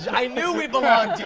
i knew we belonged